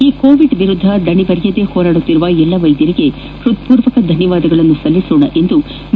ಈ ಕೋವಿಡ್ ವಿರುದ್ದ ದಣಿವರಿಯದೆ ಹೋರಾಡುತ್ತಿರುವ ಎಲ್ಲ ವೈದ್ಯರಿಗೆ ಹೃತ್ವೂರ್ವಕ ಧನ್ಯವಾದಗಳನ್ನು ಸಲ್ಲಿಸೋಣ ಎಂದು ಬಿ